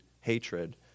hatred